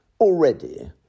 already